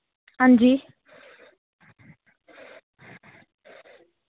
हां जी